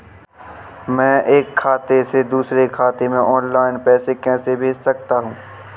मैं एक खाते से दूसरे खाते में ऑनलाइन पैसे कैसे भेज सकता हूँ?